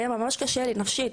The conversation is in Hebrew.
היה לי ממש קשה מבחינה נפשית.